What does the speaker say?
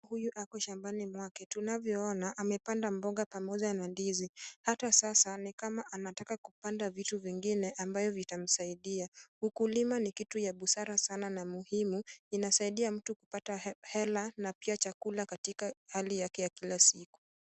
Huyu ako shambani mwake. Tunavyoona, amepanda mboga pamoja na ndizi. Hata sasa, ni kama anataka kupanda vitu vingine ambayo vitamsaidia. Ukulima ni kitu ya busara sana na muhimu. Inasaidia mtu kupata hela na pia chakula katika hali yake ya kila siku.